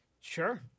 sure